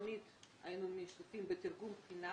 תמיד היינו משתתפים בתרגום הבחינה.